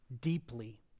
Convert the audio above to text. deeply